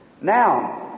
Now